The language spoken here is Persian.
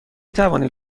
توانید